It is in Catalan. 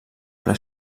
ple